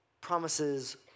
promises